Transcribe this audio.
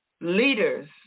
leaders